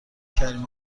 کریم